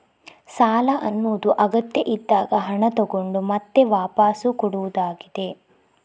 ಸಾಲ ಅನ್ನುದು ಅಗತ್ಯ ಇದ್ದಾಗ ಹಣ ತಗೊಂಡು ಮತ್ತೆ ವಾಪಸ್ಸು ಕೊಡುದಾಗಿದೆ